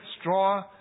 straw